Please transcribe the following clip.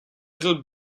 little